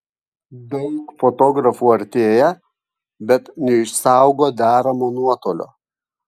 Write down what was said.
daug fotografų artėja bet neišsaugo deramo nuotolio